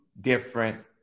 different